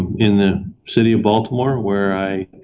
in the city of baltimore where i